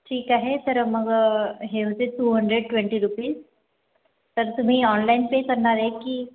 ठीक आहे तर मग हे होतात टू हंड्रेड ट्वेंटी रुपीज तर तुम्ही ऑनलाईन पे करणार आहे की